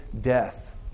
death